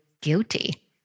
guilty